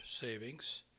savings